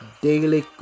daily